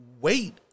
wait